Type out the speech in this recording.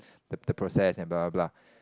the process and blah blah blah